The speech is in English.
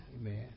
Amen